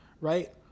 right